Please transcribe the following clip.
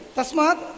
Tasmat